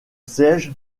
siège